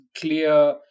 clear